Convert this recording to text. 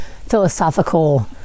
philosophical